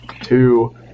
two